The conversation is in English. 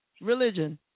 Religion